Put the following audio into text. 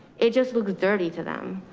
it just looks dirty to them.